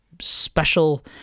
special